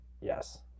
Yes